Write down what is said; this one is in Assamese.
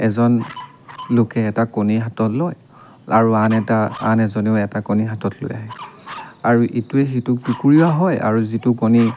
এজন লোকে এটা কণী হাতত লয় আৰু আন এটা আন এজনেও এটা কণী হাতত লৈ আহে আৰু ইটোৱে সিটোক টুকুৰিওৱা হয় আৰু যিটো কণী